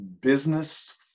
business